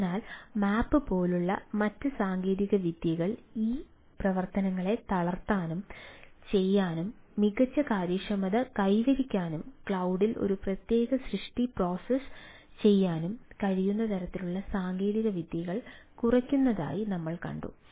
അതിനാൽ മാപ്പ് പോലുള്ള മറ്റ് സാങ്കേതികവിദ്യകൾ ഈ പ്രവർത്തനങ്ങളെ തളർത്താനും ചെയ്യാനും മികച്ച കാര്യക്ഷമത കൈവരിക്കാനും ക്ലൌഡിൽ ഒരു പ്രത്യേക സൃഷ്ടി പ്രോസസ്സ് ചെയ്യാനും കഴിയുന്ന തരത്തിലുള്ള സാങ്കേതികവിദ്യകൾ കുറയ്ക്കുന്നതായി നമ്മൾ കണ്ടു